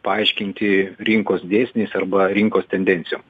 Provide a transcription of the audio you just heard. paaiškinti rinkos dėsniais arba rinkos tendencijom